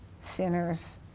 sinners